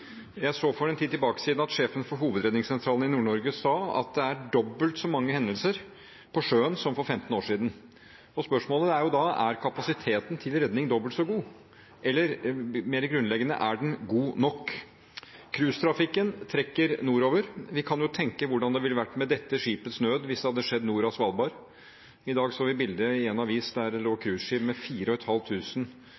Jeg så for en tid tilbake at sjefen for Hovedredningssentralen i Nord-Norge sa at det er dobbelt så mange hendelser på sjøen nå som for 15 år siden, og spørsmålet er da: Er kapasiteten til redning dobbelt så god? Eller, mer grunnleggende, er den god nok? Cruisetrafikken trekker nordover. Vi kan tenke oss hvordan det ville vært med dette skipets nød hvis det hadde skjedd nord for Svalbard. I dag så vi bilde i en avis der det lå